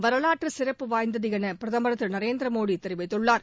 வரலாற்று சிறப்பு வாய்ந்தது என திரு நரேந்திர மோடி தெரிவித்துள்ளார்